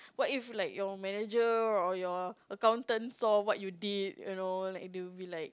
what if like your manager or your accountant saw what you did you know like they're be like